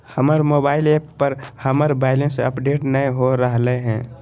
हमर mobile app पर हमर बैलेंस अपडेट नय हो रहलय हें